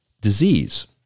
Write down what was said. disease